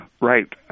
right